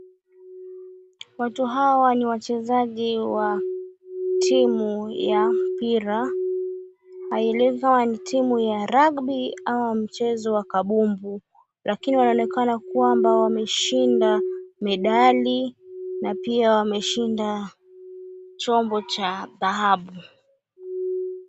Watu hawa ni wachezaji wa timu ya mpira ailivyo ni timu ya rugby ama mchezo wa kambumbu lakini wanaonekana kwamba wameshinda medali na pia wameshinda chombo cha dhahabu.